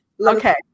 Okay